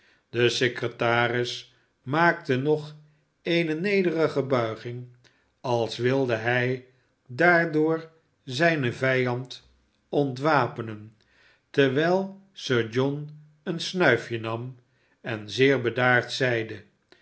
de secretaris maakte nog eene nederige buiging als wilde hij daardoor zijn vijand ontwapenen terwijl sir john een snuifje nam en zeer bedaard zeide